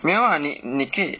没有 ah 你你可以